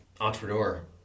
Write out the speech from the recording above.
entrepreneur